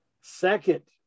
Second